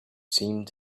seemed